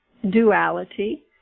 Duality